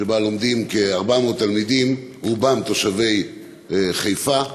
שבו לומדים כ-400 תלמידים, רובם תושבי חיפה.